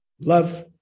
love